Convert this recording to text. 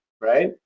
right